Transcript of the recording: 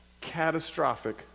Catastrophic